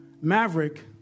Maverick